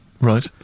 Right